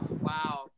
wow